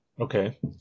Okay